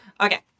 okay